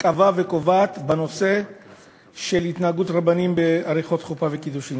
קבעה וקובעת בנושא של התנהגות רבנים בעריכות חופה וקידושין.